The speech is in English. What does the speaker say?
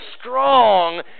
strong